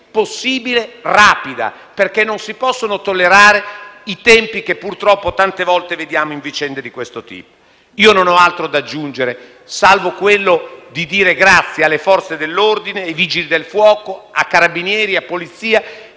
possibile rapida, perché non si possono tollerare i tempi che purtroppo tante volte vediamo in vicende di questo tipo. Io non ho altro da aggiungere, salvo rivolgere un ringraziamento alle Forze dell'ordine, ai Vigili del fuoco, ai Carabinieri e alla Polizia,